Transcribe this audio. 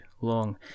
long